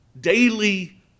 Daily